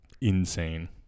insane